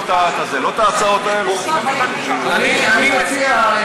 אני מציע,